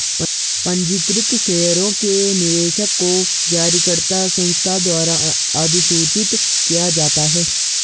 पंजीकृत शेयरों के निवेशक को जारीकर्ता संस्था द्वारा अधिसूचित किया जाता है